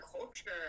culture